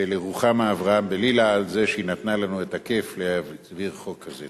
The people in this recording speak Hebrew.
ולרוחמה אברהם-בלילא על זה שהיא נתנה לנו את הכיף להעביר חוק כזה.